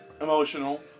emotional